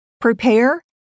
prepare